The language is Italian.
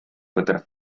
poter